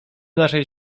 naszej